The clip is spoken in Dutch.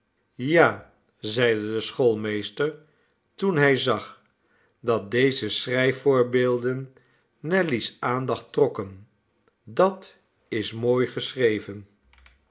ja zeide de schoolmeester toen hij zag dat deze schrijfvoorbeelden nelly's aandacht trokken dat is mooi geschreven